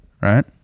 Right